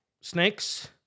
snakes